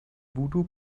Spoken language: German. voodoo